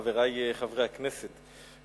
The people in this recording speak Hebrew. חברי חברי הכנסת,